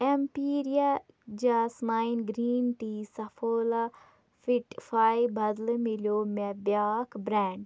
Imperia jasmine green tea Saffola Fittify بدلہٕ میلیو مےٚ بیٛاکھ برٛٮ۪نٛڈ